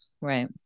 right